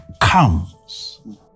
comes